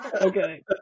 Okay